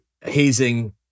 hazing